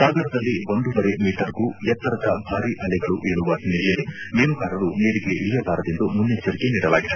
ಸಾಗರದಲ್ಲಿ ಒಂದೂವರೆ ಮೀಟರ್ಗೂ ಎತ್ತರದ ಭಾರಿ ಅಲೆಗಳು ಏಳುವ ಹಿನ್ನೆಲೆಯಲ್ಲಿ ಮೀನುಗಾರರು ನೀರಿಗೆ ಇಳಿಯಬಾರದೆಂದು ಮುನ್ನೆಚ್ಚರಿಕೆ ನೀಡಲಾಗಿದೆ